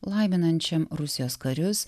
laiminančiam rusijos karius